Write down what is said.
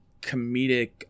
comedic